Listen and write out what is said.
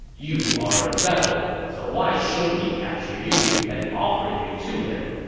you are a rebel, so why shouldn't we capture you and offer you to him?